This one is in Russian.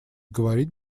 говорить